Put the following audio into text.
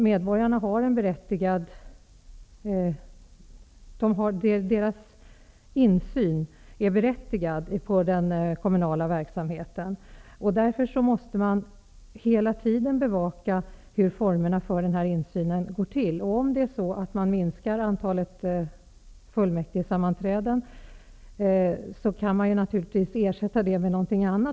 Medborgarna har en rätt till insyn i den kommunala verksamheten. Därför måste man hela tiden bevaka hur formerna för denna insyn iakttas. Om antalet fullmäktigesammanträden minskas, kan dessa naturligtvis ersättas med någonting annat.